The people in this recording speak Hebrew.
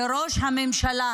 ראש הממשלה,